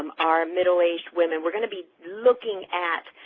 um our middle aged women. we're going to be looking at